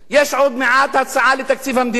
יש עוד מעט הצעה לתקציב המדינה,